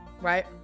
right